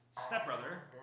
Stepbrother